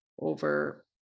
over